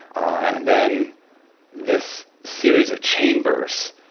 and then this series of chambers,